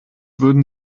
würden